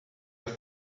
have